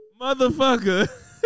motherfucker